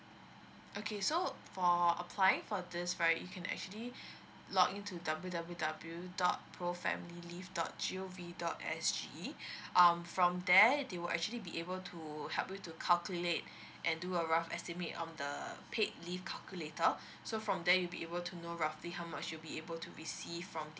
okay so for applying for this right you can actually log into W W W dot pro family leave dot G_O_V dot S_G um from there they will actually be able to help you to calculate and do a rough estimate on the paid leave calculator so from there you be able to know roughly how much you'll be able to receive from